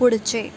पुढचे